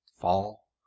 fall